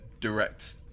direct